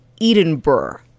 Edinburgh